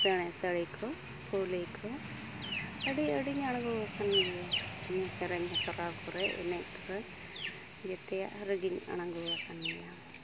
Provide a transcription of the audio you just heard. ᱯᱮᱬᱮ ᱥᱟᱹᱲᱤ ᱠᱚ ᱯᱷᱩᱞᱤ ᱠᱚ ᱟᱹᱰᱤ ᱟᱹᱰᱤᱧ ᱟᱬᱜᱚ ᱟᱠᱟᱱ ᱜᱮᱭᱟ ᱥᱮᱨᱮᱧ ᱦᱮᱯᱨᱟᱣ ᱠᱚᱨᱮ ᱮᱱᱮᱡ ᱠᱚᱨᱮ ᱡᱮᱛᱮᱭᱟᱜ ᱨᱮᱜᱮᱧ ᱟᱬᱜᱚ ᱟᱠᱟᱱ ᱜᱮᱭᱟ